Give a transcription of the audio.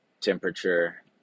temperature